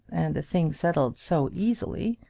and the thing settled so easily,